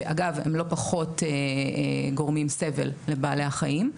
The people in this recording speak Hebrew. שאגב הם לא פחות גורמים סבל לבעלי החיים,